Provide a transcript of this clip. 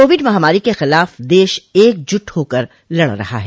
Covid महामारी के खिलाफ देश एकजुट होकर लड़ रहा है